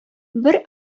бер